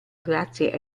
grazie